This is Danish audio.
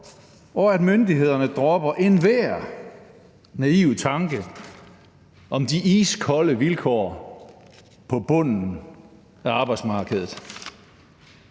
og at myndighederne dropper enhver naiv tanke om de iskolde vilkår på bunden af arbejdsmarkedet.